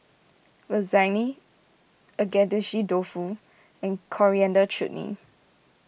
Lasagne Agedashi Dofu and Coriander Chutney